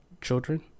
children